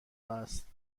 است